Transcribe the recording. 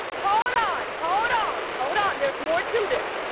hold on, hold on, hold on! there's more to this.